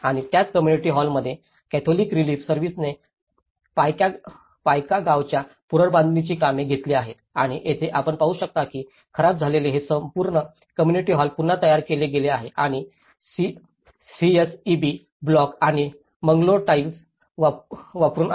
आणि त्याच कम्युनिटी हॉलमध्ये कॅथोलिक रिलीफ सर्व्हिसेसने पायका गावच्या पुनर्बांधणीची कामे घेतली आहेत आणि येथे आपण पाहू शकता की खराब झालेले हे संपूर्ण कम्युनिटी हॉल पुन्हा तयार केले गेले आहे आणि सीएसईबी ब्लॉक आणि मंगलोर टाइल वापरुन आहे